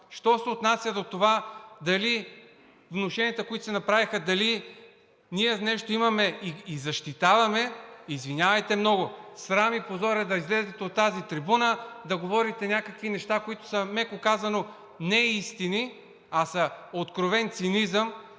Що се отнася до това – внушенията, които се направиха, дали ние имаме нещо и защитаваме, извинявайте много! Срам и позор е да излезете и от тази трибуна да говорите някакви неща, които са, меко казано, неистини, а са откровен цинизъм,